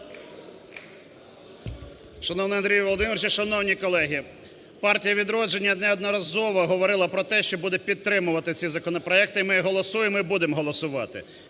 Шановний Андрію Володимировичу, шановні колеги! Партія "Відродження" неодноразово говорила про те, що буде підтримувати ці законопроекти, і ми й голосуємо, і будемо голосувати.